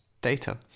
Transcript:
data